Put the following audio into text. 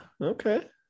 Okay